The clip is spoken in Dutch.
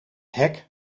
hek